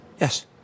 Yes